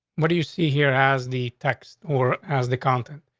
what do you see here? has the text or as the content?